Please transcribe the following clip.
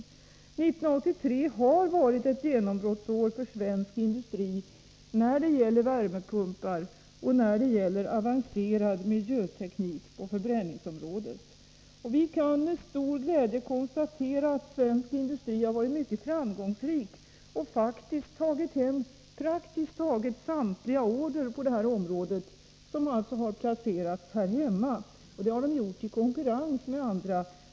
1983 har varit ett genombrottsår för svensk industri när det gäller värmepumpar och när det gäller avancerad miljöteknik på förbränningsområdet. Vi kan med stor glädje konstatera att svensk industri har varit mycket framgångsrik och faktiskt tagit hem praktiskt taget samtliga order på det här området, som alltså har placerats här hemma, och det har den gjort i konkurrens med andra.